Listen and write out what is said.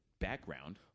background